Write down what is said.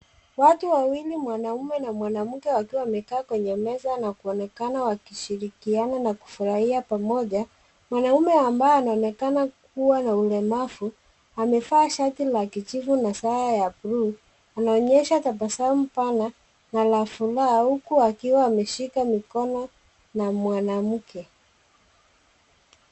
Watu wawili mwanaume na mwanamke wakiwa wamekaa kwenye meza na kuonekana wakishirikiana na kufurahia pamoja. Mwanaume ambaye anaonekana kuwa na ulemavu amevaa shati la kijivu na saa ya bluu, anaonyesha tabasamu pana na la furaha huku wakiwa wameshika mikono na mwanamke.